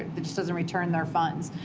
it just doesn't return their funds.